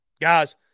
guys